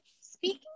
speaking